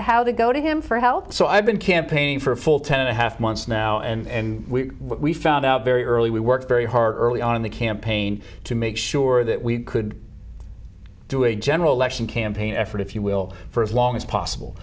how they go to him for help so i've been campaigning for a full ten and a half months now and we found out very early we worked very hard on the campaign to make sure that we could do a general election campaign effort if you will for as long as possible